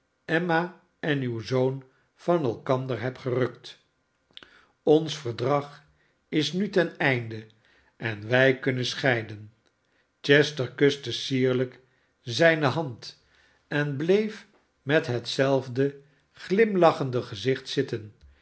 emma en uw zoon van elkander heb gerukt ons verdrag is nu ten einde en wij kunnen scheiden chester kuste sierlijk zijne hand en bleef met hetzelfde glimlachende gezicht zitten